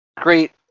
great